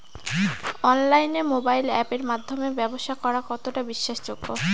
অনলাইনে মোবাইল আপের মাধ্যমে ব্যাবসা করা কতটা বিশ্বাসযোগ্য?